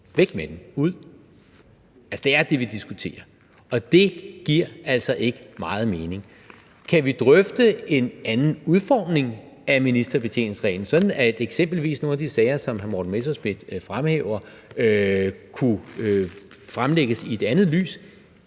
Væk med den, ud! Det er det, vi diskuterer. Og det giver altså ikke meget mening. Om vi kan drøfte en anden udformning af ministerbetjeningsreglen, sådan at eksempelvis nogle af de sager, som hr. Morten Messerschmidt fremhæver, kunne fremlægges i et andet lys,